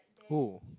oh